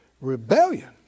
rebellion